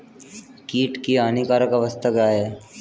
कीट की हानिकारक अवस्था क्या है?